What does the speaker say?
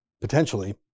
potentially